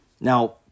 Now